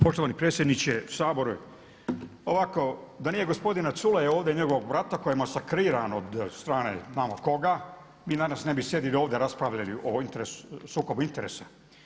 Poštovani predsjedniče Sabora, ovako da nije gospodina Culeja ovdje i njegovog brata koji je masakriran od strane znamo koga mi danas ne bi sjedili ovdje, raspravljali o sukobu interesa.